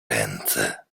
ręce